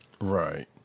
right